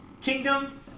Kingdom